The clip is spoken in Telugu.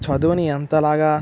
చదువుని ఎంతలాగా